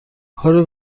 کارو